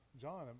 John